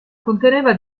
conteneva